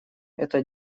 это